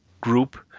group